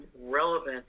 relevant